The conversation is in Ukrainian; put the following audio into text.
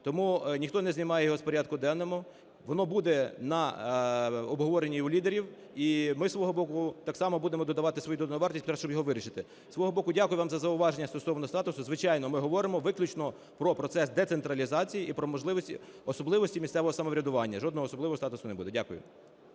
Тому ніхто не знімає його з порядку денного, воно буде на обговоренні і в лідерів, і ми зі свого боку так само будемо додавати свою додану вартість для того, щоб його вирішити. Зі свого боку дякую вам за зауваження стосовно статусу. Звичайно, ми говоримо виключно про процес децентралізації і про особливості місцевого самоврядування, жодного особливого статусу не буде. Дякую.